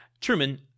Truman